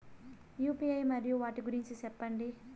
UPI మరియు వాటి గురించి సెప్పండి?